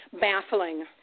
Baffling